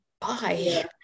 bye